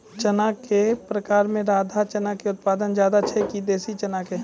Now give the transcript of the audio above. चना के प्रकार मे राधा चना के उत्पादन ज्यादा छै कि देसी चना के?